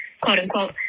quote-unquote